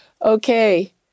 Okay